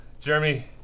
Jeremy